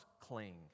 cling